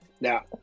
now